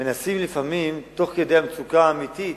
מנסים לפעמים, תוך כדי המצוקה האמיתית,